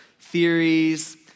Theories